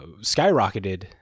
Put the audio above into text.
skyrocketed